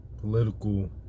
political